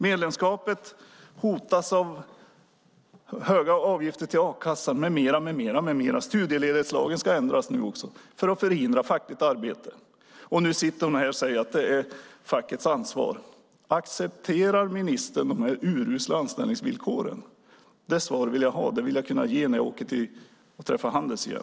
Medlemskapet hotas av höga avgifter till a-kassan med mera, med mera. Studiemedelslagen ska nu också ändras för att förhindra fackligt arbete. Nu sitter ministern här och säger att det är fackets ansvar. Accepterar ministern dessa urusla anställningsvillkor? Det svaret vill jag ha. Det vill jag kunna lämna när jag åker och träffar Handels igen.